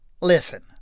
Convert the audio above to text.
Listen